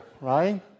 right